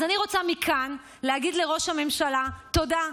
אז אני רוצה מכאן להגיד לראש הממשלה תודה,